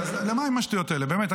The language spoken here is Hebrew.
שטתי, די עם השטויות האלה, באמת.